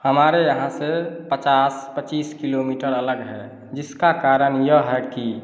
हमारे यहाँ से पचास पचीस किलोमीटर अलग है जिसका कारण यह है कि